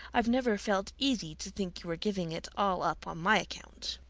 i've never felt easy to think you were giving it all up on my account.